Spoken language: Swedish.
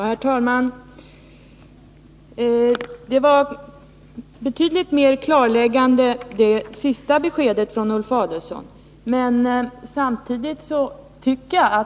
Herr talman! Det senaste beskedet från Ulf Adelsohn var betydligt mer klarläggande än det första.